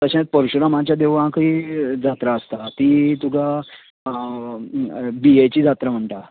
तशेंच परशुरामाचें देवळांकय जात्रा आसता ती तुका बियेची जात्रा म्हणटा